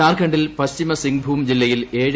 ഝാർഖണ്ഡിൽ പശ്ചിമക്സിട്ട്മും ജില്ലയിൽ ഏഴ്